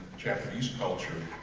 japanese culture